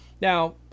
Now